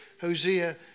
Hosea